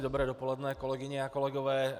Dobré dopoledne, kolegyně a kolegové.